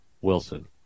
Wilson